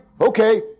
Okay